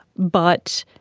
but